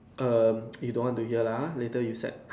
um you don't to hear lah ha later you sad